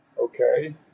Okay